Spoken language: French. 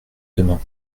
demain